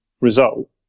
result